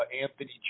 Anthony